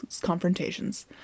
confrontations